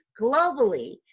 globally